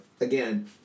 again